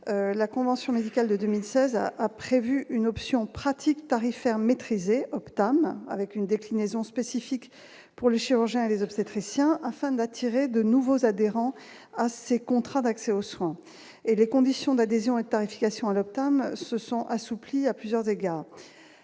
la convention médicale de 2000 16 heures. Prévu une option pratique tarifaire maîtrisée Octomom avec une déclinaison spécifique pour les chirurgiens, les obstétriciens afin d'attirer de nouveaux adhérents à ces contrats d'accès aux soins et les conditions d'adhésion et tarification allochtones, se sont assouplies à plusieurs égards